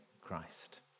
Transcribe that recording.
Christ